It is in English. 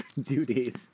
duties